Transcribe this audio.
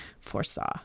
foresaw